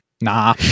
Nah